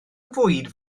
fwyd